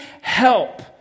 help